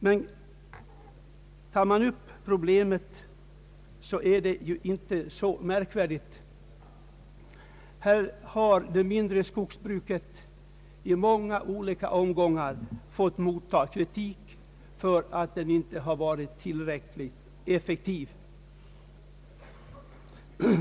Detta är emellertid inte så märkvärdigt, om vi se när mare på problemet. Det mindre skogsbruket har i många olika omgångar fått motta kritik för att det inte har varit tillräckligt effektivt.